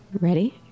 Ready